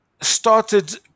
started